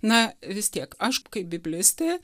na vis tiek aš kaip biblistė